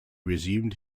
resumed